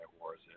Wars